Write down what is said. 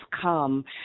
come